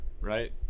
right